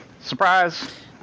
Surprise